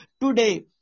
today